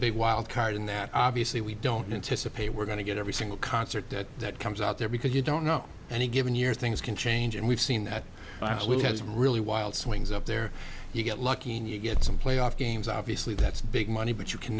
big wildcard in that obviously we don't anticipate we're going to get every single concert that comes out there because you don't know any given year things can change and we've seen that has really wild swings up there you get lucky and you get some playoff games obviously that's big money but you can